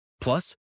Plus